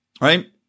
right